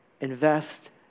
invest